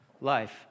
life